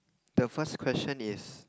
the first question is